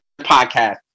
podcast